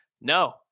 no